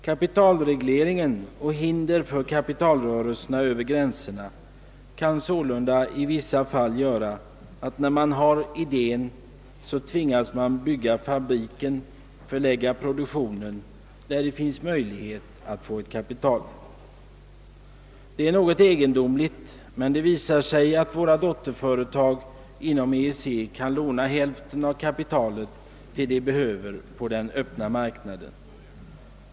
Kapitalreglering och hinder för kapitalrörelser över gränserna kan sålunda i vissa fall göra, att när man har idén, tvingas man att bygga fabriken och förlägga produktionen där det finns möjligheter att få kapital. Detta är något egendomligt, men det visar sig att våra dotterföretag inom EEC kan låna hälften av det kapital de behöver på den öppna marknaden.